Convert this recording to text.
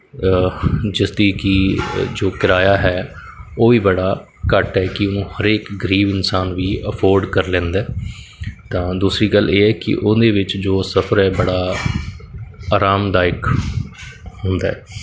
ਜਿਸ ਦਾ ਕਿ ਜੋ ਕਿਰਾਇਆ ਹੈ ਉਹ ਵੀ ਬੜਾ ਘੱਟ ਹੈ ਕਿ ਉਹਨੂੰ ਹਰੇਕ ਗਰੀਬ ਇਨਸਾਨ ਵੀ ਅਫੋਰਡ ਕਰ ਲੈਂਦਾ ਤਾਂ ਦੂਸਰੀ ਗੱਲ ਇਹ ਹੈ ਕਿ ਉਹਦੇ ਵਿੱਚ ਜੋ ਸਫਰ ਹੈ ਬੜਾ ਆਰਾਮਦਾਇਕ ਹੁੰਦਾ